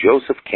Joseph